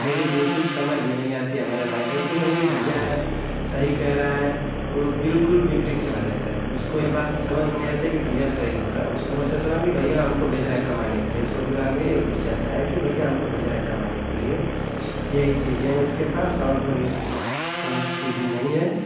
मेरी बिल्कुल समझ में नहीं आती है हमारे भाई को कि नहीं भैया सही कह रहे हैं वो बिल्कुल विपरीत चला जाता है उसको ये बात समझ में नहीं आती है कि भैया सही बोल रहा है उसको बस ऐसा कि भैया हमको भेज रहा है कमाने के लिए उसको दिमाग में ये घुस जाता है कि भैया हमको भेज रहा है कमाने के लिए यही चीजें हैं उसके पास और कोई बहुत चीजें नहीं हैं